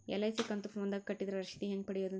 LIC ಕಂತು ಫೋನದಾಗ ಕಟ್ಟಿದ್ರ ರಶೇದಿ ಹೆಂಗ್ ಪಡೆಯೋದು?